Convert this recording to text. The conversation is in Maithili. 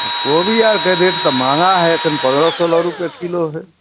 कोबी आर के रेट तऽ महंगा हय एखन पंद्रह सोलह रूपये किलो हय